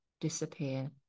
disappear